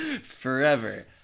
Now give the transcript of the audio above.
Forever